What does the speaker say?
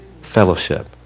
Fellowship